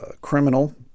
criminal